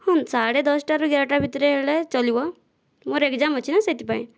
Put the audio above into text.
ହଁ ସାଢ଼େ ଦଶଟାରୁ ଏଗାରଟା ଭିତରେ ହେଲେ ଚଲିବ ମୋର ଏଗ୍ଜାମ୍ ଅଛିନା ସେଥିପାଇଁ